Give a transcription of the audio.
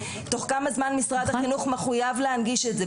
תוך כמה זמן משרד החינוך מחויב להנגיש את זה,